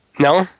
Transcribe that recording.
No